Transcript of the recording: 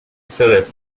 phillip